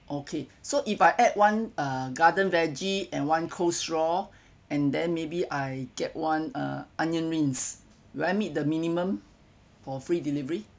okay so if I add one uh garden veggie and one coleslaw and then maybe I get one uh onion rings do I meet the minimum for free delivery